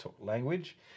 language